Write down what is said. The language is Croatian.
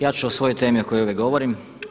Ja ću o svojoj temi o kojoj uvijek govorim.